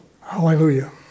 Hallelujah